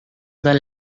the